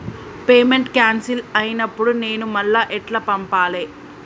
Payment cancel అయినపుడు నేను మళ్ళా ఎట్ల పంపాలే?